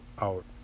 out